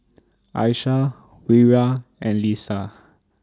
Aishah Wira and Lisa